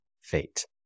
fate